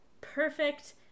perfect